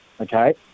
Okay